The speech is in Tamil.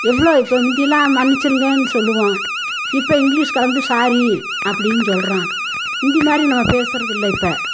எவ்வளோ இப்போ முந்தியெல்லாம் மன்னிச்சுருங்கன்னு சொல்லுவோம் இப்போ இங்கிலீஷ் கலந்து சாரி அப்படின்னு சொல்லுறோம் முந்தி மாதிரி நம்ம பேசுகிறது இல்லை இப்போ